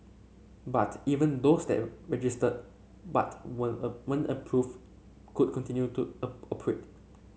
but even those that registered but when a weren't approved could continue to operate